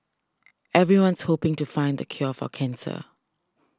everyone's hoping to find the cure for cancer